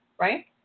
right